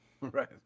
Right